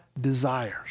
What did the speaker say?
desires